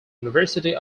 university